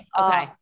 Okay